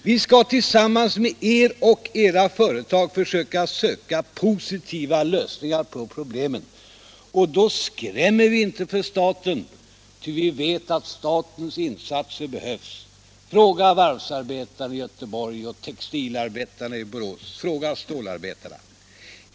Vi skall tillsammans med er och era företag försöka åstadkomma positiva lösningar på problemen. Och då skrämmer vi inte med staten, ty vi vet att statens insatser behövs. Fråga varvsarbetarna i Göteborg och textilarbetarna i Borås, fråga stålarbetarna!